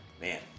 man